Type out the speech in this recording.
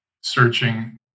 searching